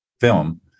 film